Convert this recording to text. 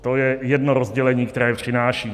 To je jedno rozdělení, které přinášíte.